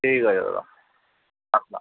ঠিক আছে দাদা রাখলাম